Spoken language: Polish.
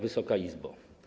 Wysoka Izbo!